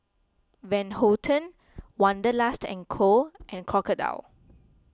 Van Houten Wanderlust and Co and Crocodile